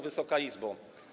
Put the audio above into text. Wysoka Izbo!